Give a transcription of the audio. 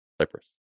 Cypress